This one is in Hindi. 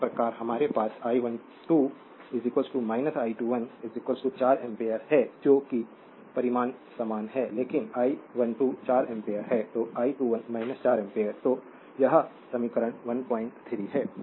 इस प्रकार हमारे पास I12 I21 4 एम्पीयर है जो कि परिमाण समान है लेकिन I12 4 एम्पीयर है तो I21 4 एम्पियर तो यह समीकरण 13 है